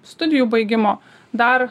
studijų baigimo dar